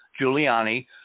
Giuliani